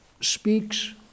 speaks